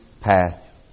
path